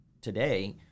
today